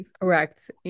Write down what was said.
Correct